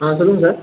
ஆ சொல்லுங்கள் சார்